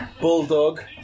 Bulldog